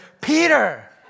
Peter